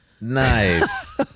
Nice